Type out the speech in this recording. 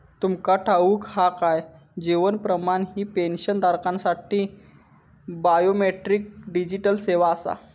तुमका ठाऊक हा काय? जीवन प्रमाण ही पेन्शनधारकांसाठी बायोमेट्रिक डिजिटल सेवा आसा